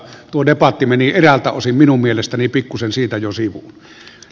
tuo debatti meni eräiltä osin minun mielestäni pikkuisen siitä jo sivuun